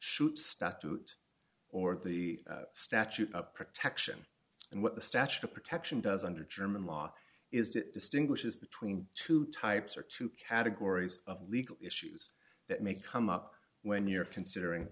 shoot statute or the statute of protection and what the statute of protection does under german law is that distinguishes between two types or two categories of legal issues that may come up when you're considering